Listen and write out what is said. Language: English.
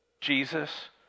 Jesus